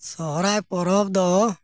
ᱥᱚᱦᱨᱟᱭ ᱯᱚᱨᱚᱵᱽ ᱫᱚ